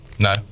No